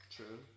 True